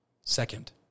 Second